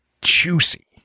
juicy